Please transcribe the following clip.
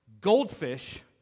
Goldfish